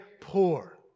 poor